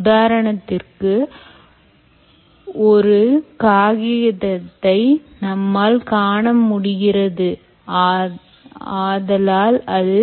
உதாரணத்திற்கு ஒரு ஒரு காகிதத்தை நம்மால் காண முடிகிறது ஆதலால் அது